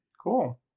cool